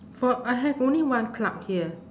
for I have only one cloud here